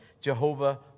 Jehovah